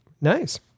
Nice